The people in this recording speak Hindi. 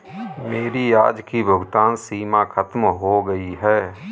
मेरी आज की भुगतान सीमा खत्म हो गई है